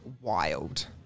wild